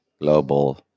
global